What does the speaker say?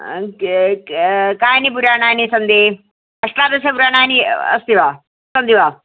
कानि पुराणानि सन्ति अष्टादशपुराणानि अस्ति वा सन्ति वा